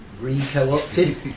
re-co-opted